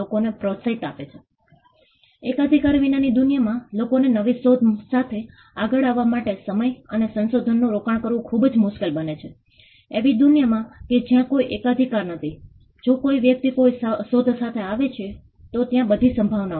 અમે એક ward G north ward MCGM ત્યાંના એક સંશોધન કેન્દ્રમાં એક નાની ઓફિસ ઊભી કર્યી આ એક સમયરેખાની કલ્પના છે અમે ધારાવીને જઇને કહેવાનું શરૂ કર્યું લોકો હેલો તમે કેમ છો અને પછી અમે લોકો સાથે તાલમેલ બાંધવાનું શરૂ કર્યું